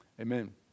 Amen